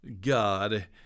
God